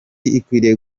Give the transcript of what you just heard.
ikwiriye